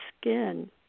skin